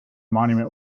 monument